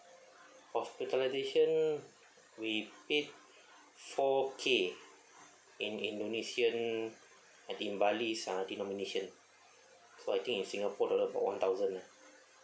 hospitalisation we paid four K in indonesian in bali's uh denomination so I think in singapore dollar about one thousand lah